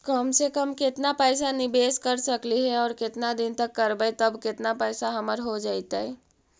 कम से कम केतना पैसा निबेस कर सकली हे और केतना दिन तक करबै तब केतना पैसा हमर हो जइतै?